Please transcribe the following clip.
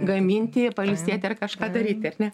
gaminti pailsėti ar kažką daryti ar ne